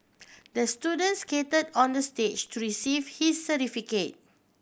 the student skate on the stage to receive his certificate